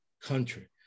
country